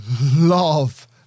love